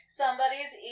somebody's